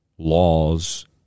laws